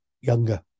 younger